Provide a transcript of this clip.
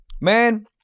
Man